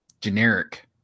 generic